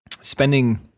spending